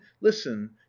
listen